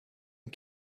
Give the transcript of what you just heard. and